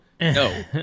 no